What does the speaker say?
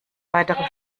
weitere